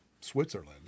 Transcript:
Switzerland